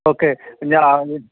okay